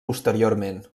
posteriorment